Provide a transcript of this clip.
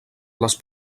les